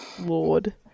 Lord